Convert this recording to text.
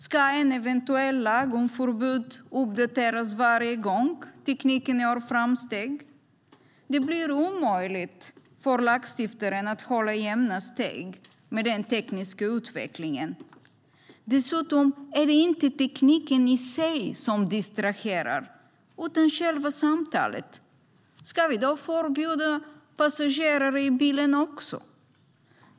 Ska en eventuell lag om förbud uppdateras varje gång tekniken gör framsteg? Det blir omöjligt för lagstiftaren att hålla jämna steg med den tekniska utvecklingen. Dessutom är det inte tekniken i sig som distraherar utan samtalet. Ska vi då förbjuda även passagerare i bilen?